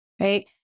right